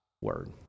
word